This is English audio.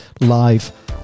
live